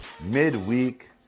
midweek